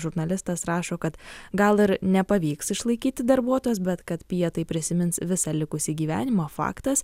žurnalistas rašo kad gal ir nepavyks išlaikyti darbuotojos bet kad pija tai prisimins visą likusį gyvenimą faktas